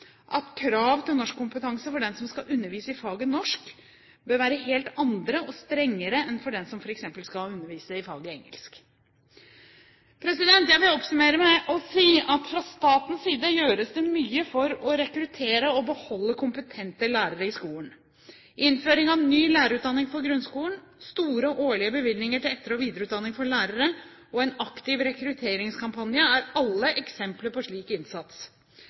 at krav til norskkompetanse for den som skal undervise i faget norsk, bør være helt andre og strengere enn for den som f.eks. skal undervise i faget engelsk. Jeg vil oppsummere med å si at fra statens side gjøres det mye for å rekruttere og beholde kompetente lærere i skolen. Innføring av ny lærerutdanning for grunnskolen, store årlige bevilgninger til etter- og videreutdanning for lærere og en aktiv rekrutteringskampanje er alle eksempler på slik innsats.